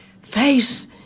Face